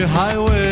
highway